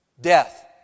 Death